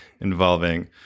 involving